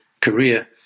Korea